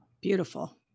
Beautiful